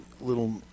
little